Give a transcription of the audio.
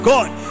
God